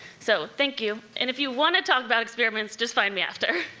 so, thank you, and if you wanna talk about experiments, just find me after.